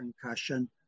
concussion